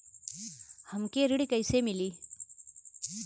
हमके ऋण कईसे मिली?